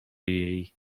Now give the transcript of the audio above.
jej